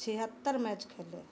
छिहत्तर मैच खेले